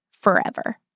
forever